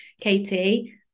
Katie